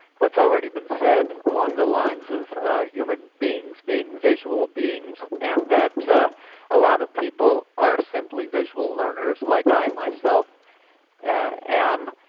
what's already been said along the lines of human beings being visual beings, and that a lot of people are simply visual learners, like i myself am.